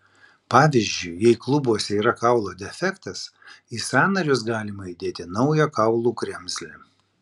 pavyzdžiui jei klubuose yra kaulo defektas į sąnarius galima įdėti naują kaulų kremzlę